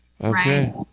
Okay